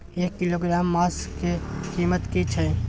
एक किलोग्राम मांस के कीमत की छै?